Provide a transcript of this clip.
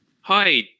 Hi